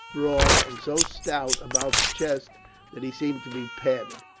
broad, and so stout about the chest that he seemed to be padded.